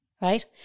Right